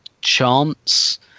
chance